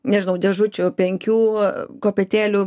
nežinau dėžučių penkių kopėtėlių